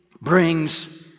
brings